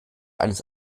eines